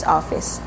Office